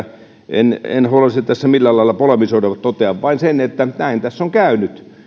en en haluaisi tässä millään lailla polemisoida totean vain sen että näin tässä on käynyt